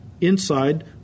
inside